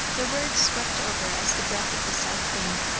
the words swept over as the breath of the south wind.